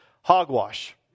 hogwash